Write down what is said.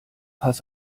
pass